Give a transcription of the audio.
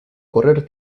correr